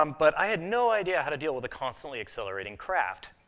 um but i had no idea how to deal with a constantly accelerating craft.